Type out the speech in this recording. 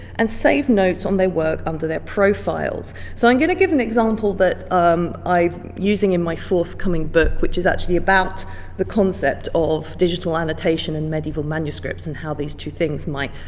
and save notes on their work under their profiles. so i'm going to give an example that um i'm using in my forthcoming book which is actually about the concept of digital annotation and medieval manuscripts and how these two things might